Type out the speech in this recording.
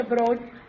abroad